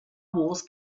wars